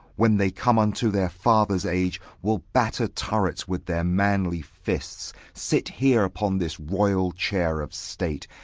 when they come unto their father's age, will batter turrets with their manly fists sit here upon this royal chair of state,